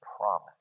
promise